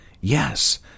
Yes